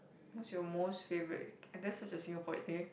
what's your most favourite uh that's just a Singaporean thing